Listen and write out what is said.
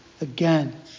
again